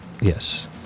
Yes